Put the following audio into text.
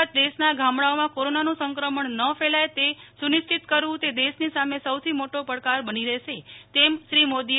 બાદ દેશના ગામડાઓમાં કોરોનાનું સંક્રમણ ન ફેલાય તે સુનિશ્ચિત કરવું તે દેશની સામે સૌથી મોટો પડકાર બની રહેશે તેમ જણાવ્યું હતું શ્રી મોદીએ